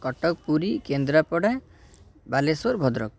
Cuttack Puri Kendrapara Baleshwar Bhadrak